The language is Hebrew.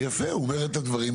יפה, הוא אומר את הדברים.